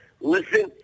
Listen